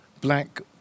black